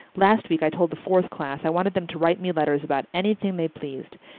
last week i told the fourth class i wanted them to write me letters about anything they pleased,